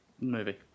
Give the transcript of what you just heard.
movie